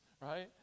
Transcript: right